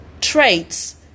traits